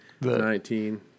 Nineteen